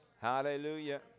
Hallelujah